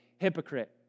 hypocrite